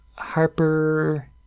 Harper